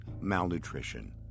malnutrition